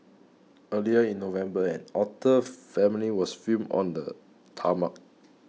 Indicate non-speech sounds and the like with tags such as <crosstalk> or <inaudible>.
earlier in November an otter <noise> family was filmed on the tarmac